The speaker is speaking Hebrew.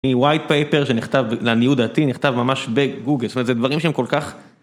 מ-white paper שנכתב, לעניות דעתי נכתב ממש בגוגל, זאת אומרת, זה דברים שהם כל כך...